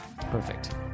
Perfect